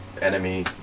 enemy